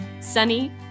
Sunny